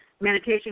Meditation